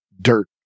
dirt